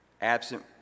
absent